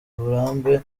uburambe